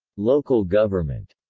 local government